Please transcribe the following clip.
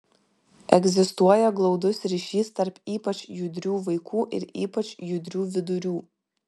egzistuoja glaudus ryšys tarp ypač judrių vaikų ir ypač judrių vidurių